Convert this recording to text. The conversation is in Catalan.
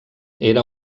era